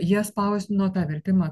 jie spausdino tą vertimą